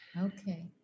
Okay